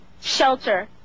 shelter